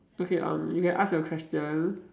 okay um you can ask your question